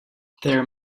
their